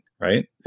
right